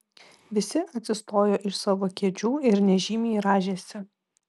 visi atsistojo iš savo kėdžių ir nežymiai rąžėsi